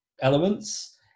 elements